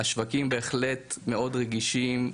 השווקים בהחלט מאוד רגישים,